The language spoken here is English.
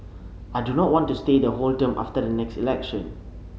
I do not want to stay the whole term after the next election